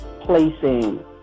placing